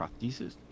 prosthesis